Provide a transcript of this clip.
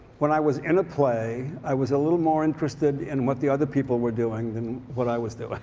when i was in a play i was a little more interested in what the other people were doing than what i was doing.